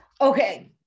Okay